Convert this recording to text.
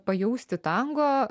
pajausti tango